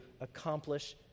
accomplish